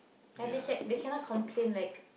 and they cat they cannot complain like